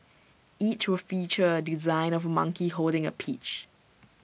each will feature A design of monkey holding A peach